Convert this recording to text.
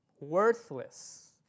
worthless